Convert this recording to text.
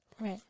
right